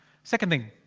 second thing,